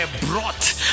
brought